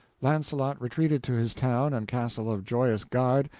launcelot retreated to his town and castle of joyous gard,